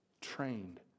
trained